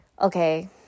okay